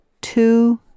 two